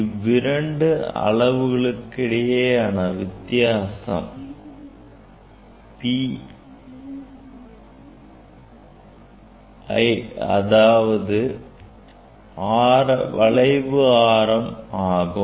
இவ்விரண்டு அளவுகளுக்கும் இடையேயான வித்தியாசம் PI அதாவது வளைவு ஆரம் ஆகும்